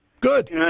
Good